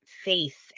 faith